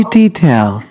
detail